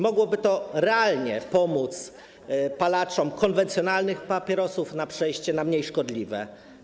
Mogłoby to realnie pomóc palaczom konwencjonalnych papierosów w przejściu na mniej szkodliwe zamienniki.